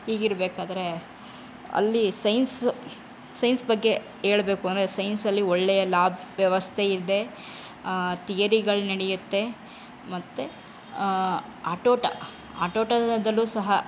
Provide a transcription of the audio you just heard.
ಹೀಗಿರಬೇಕಾದ್ರೆ ಅಲ್ಲಿ science science ಬಗ್ಗೆ ಹೇಳ್ಬೇಕು ಅಂದರೆ ಸೈನ್ಸಲ್ಲಿ ಒಳ್ಳೆಯ ಲಾಬ್ ವ್ಯವಸ್ಥೆ ಇದೆ ಥಿಯರಿಗಳು ನಡೆಯುತ್ತೆ ಮತ್ತು ಆಟೋಟ ಆಟೋಟದಲ್ಲೂ ಸಹ